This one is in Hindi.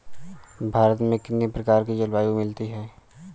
भारत में कितनी प्रकार की जलवायु मिलती है?